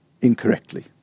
incorrectly